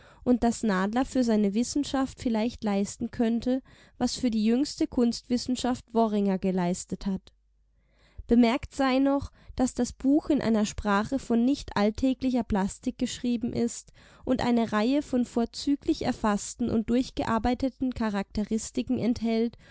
und daß nadler für seine wissenschaft vielleicht leisten könnte was für die jüngste kunstwissenschaft worringer geleistet hat bemerkt sei noch daß das buch in einer sprache von nicht alltäglicher plastik geschrieben ist und eine reihe von vorzüglich erfaßten und durchgearbeiteten charakteristiken enthält